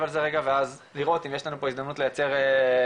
על זה רגע ואז לראות אם יש לנו הזדמנות לייצר תיקון